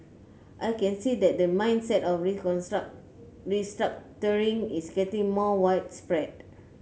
I can see that the mindset of reconstruct restructuring is getting more widespread